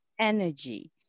energy